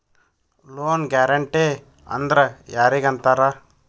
Loan guarantee ಅಂದ್ರ್ ಯಾರಿಗ್ ಅಂತಾರ?